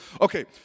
Okay